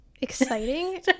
exciting